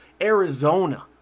Arizona